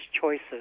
choices